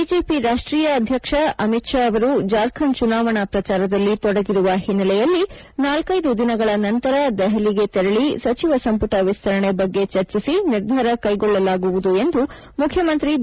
BJP ರಾಷ್ಟೀಯ ಅಧ್ಯಕ್ಷ ಅಮಿತ್ ಷಾ ಅವರು ಜಾರ್ಖಂಡ್ ಚುನಾವಣಾ ಪ್ರಚಾರದಲ್ಲಿ ತೊಡಗಿರುವ ಹಿನ್ನೆಲೆಯಲ್ಲಿ ನಾಲ್ಕೈದು ದಿನಗಳ ನಂತರ ದೆಹಲಿಗೆ ತೆರಳಿ ಸಚಿವ ಸಂಪುಟ ವಿಸ್ತರಣೆ ಬಗ್ಗೆ ಚರ್ಚಿಸಿ ನಿರ್ಧಾರ ಕೈಗೊಳ್ಳಲಾಗುವುದು ಎಂದು ಮುಖ್ಯಮಂತ್ರಿ ಬಿ